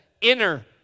inner